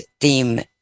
Theme